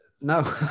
No